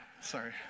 sorry